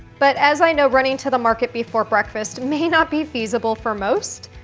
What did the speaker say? but as i know running to the market before breakfast may not be feasible for most,